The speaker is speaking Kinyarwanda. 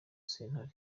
santere